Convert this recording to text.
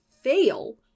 fail